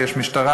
יש משטרה,